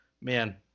Man